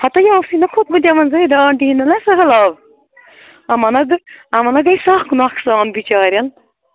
ہتٕے یہِ اوسُے نہ کھوٚتمُت یِمَن زٲہدٕ آنٹی ہِندٮ۪ن سہلاب یِمن ہا گٔے یِمَن ہا گٔے سکھ نۄقصان بِچارٮ۪ن